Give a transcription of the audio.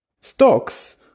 stocks